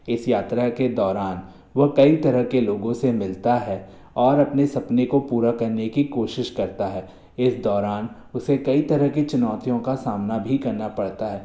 इस यात्रा के दौरान वह कई तरह के लोगों से मिलता है और अपने सपने को पूरा करने की कोशिश करता है इस दौरान उसे कई तरह की चुनौतियों का सामना भी करना पड़ता है